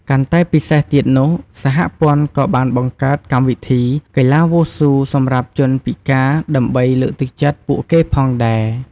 កាន់តែពិសេសទៀតនោះ សហព័ន្ធក៏បានបង្កើតកម្មវិធីកីឡាវ៉ូស៊ូសម្រាប់ជនពិការដើម្បីលើកទឹកចិត្តពួកគេផងដែរ។